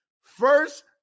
First